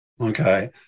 Okay